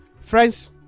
Friends